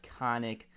iconic